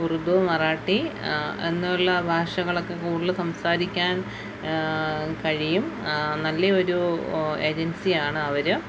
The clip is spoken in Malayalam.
ഉറുദു മറാട്ടി എന്നുള്ള ഭാഷകളൊക്കെ കൂടുതൽ സംസാരിക്കാൻ കഴിയും നല്ലതൊരു ഏജൻസിയാണ് അവർ